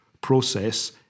process